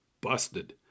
Busted